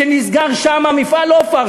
כשנסגר שם מפעל "אופ-אר",